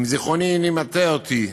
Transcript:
אם זיכרוני איננו מטעה אותי,